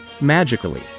Magically